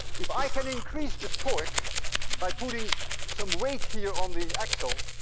if i can increase the torque by putting some weight here on the axle,